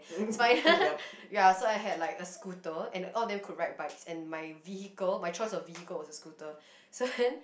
spider ya so I had like a scooter and all of them could ride bikes and my vehicle my choice of vehicle was a scooter